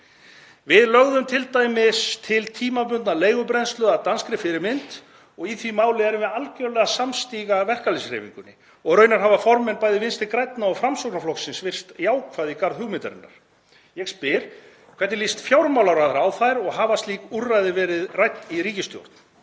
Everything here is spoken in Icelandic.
Við lögðum t.d. til tímabundna leigubremsu að danskri fyrirmynd. Í því máli erum við algjörlega samstiga verkalýðshreyfingunni og raunar hafa formenn bæði Vinstri grænna og Framsóknarflokksins virst jákvæð í garð hugmyndarinnar. Ég spyr: Hvernig líst fjármálaráðherra á þær og hafa slík úrræði verið rædd í ríkisstjórn?